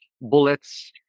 bullets